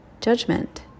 judgment